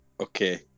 Okay